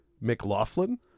McLaughlin